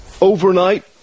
Overnight